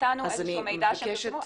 נתנו את המידע שהם נתנו.